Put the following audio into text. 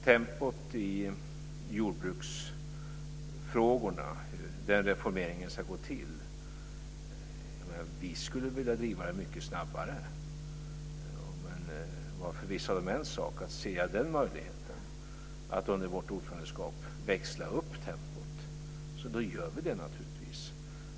Tempot i jordbruksfrågorna och hur den reformeringen ska gå till, var en fråga. Vi skulle vilja driva det mycket snabbare. Men var förvissad om en sak, ser jag möjligheten att under vår ordförandetid växla upp tempot gör vi naturligtvis det.